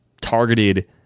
targeted